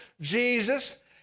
Jesus